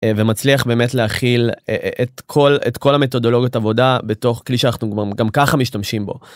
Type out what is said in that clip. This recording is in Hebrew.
ומצליח באמת להכיל את כל את כל המתודולוגיות עבודה בתוך כלי שאנחנו גם ככה משתמשים בו.